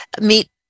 meet